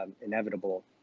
inevitable